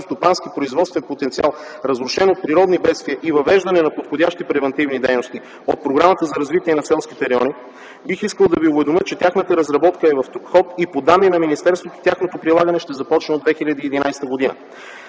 селскостопански производствен потенциал, разрушен от природни бедствия, и въвеждане на подходящи превантивни дейности” от Програмата за развитие на селските райони, бих искал да Ви уведомя, че тяхната разработка е в ход. По данни на министерството тяхното прилагане ще започне от 2011 г.